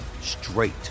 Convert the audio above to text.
straight